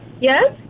Yes